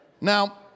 Now